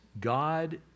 God